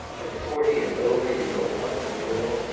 at forty and over you don't want them at all,